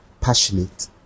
Passionate